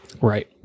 right